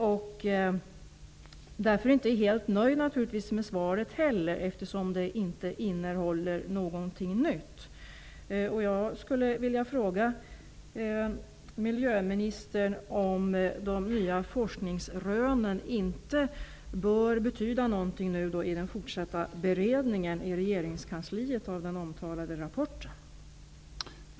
Jag är naturligtvis inte helt nöjd med svaret, eftersom det inte innehåller någonting nytt. Jag skulle vilja fråga miljöministern om de nya forskningsrönen inte bör betyda någonting vid den fortsatta beredningen av den omtalade rapporten i regeringskansliet.